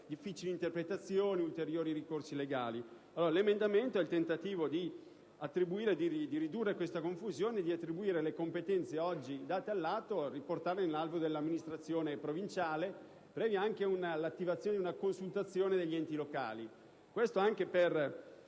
difficili interpretazioni e ulteriori ricorsi legali. L'emendamento 1.300 è il tentativo di ridurre questa confusione e di ricondurre le competenze oggi assegnate all'ATO nell'alveo dell'amministrazione provinciale, previa anche l'attivazione di una consultazione degli enti locali.